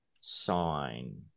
sign